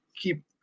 keep